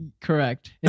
Correct